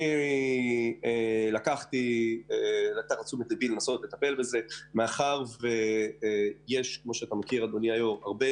אני לקחתי לתשומת לבי לנסות לטפל בזה מאחר שיש הרבה